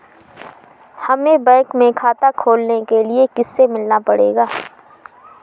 हमे बैंक में खाता खोलने के लिए किससे मिलना पड़ेगा?